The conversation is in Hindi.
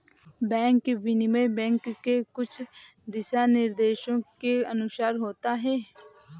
बैंक विनिमय बैंक के कुछ दिशानिर्देशों के अनुसार होता है